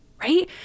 right